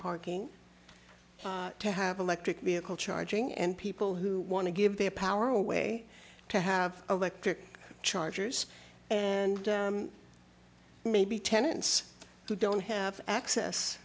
parking to have electric vehicle charging and people who want to give their power away to have electric chargers and maybe tenants who don't have access